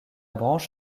branche